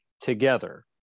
together